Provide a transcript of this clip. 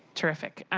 terrific.